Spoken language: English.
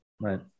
Right